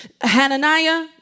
Hananiah